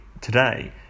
today